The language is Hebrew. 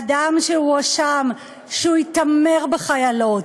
אדם שהואשם שהוא התעמר בחיילות,